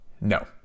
No